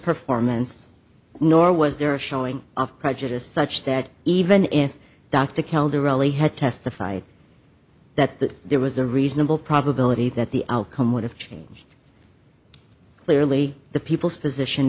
performance nor was there a showing of prejudice such that even if dr kildare really had testified that that there was a reasonable probability that the outcome would have changed clearly the people's position